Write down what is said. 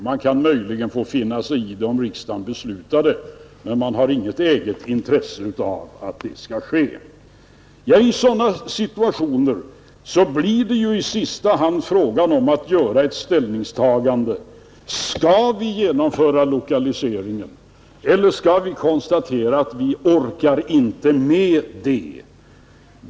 Man kan möjligen få finna sig i det om riksdagen beslutar det, men man har inget eget intresse av att så skall ske. Ja, i sådana situationer blir det i sista hand fråga om att göra ett ställningstagande: Skall vi genomföra lokaliseringen eller skall vi konstatera att vi inte orkar med det?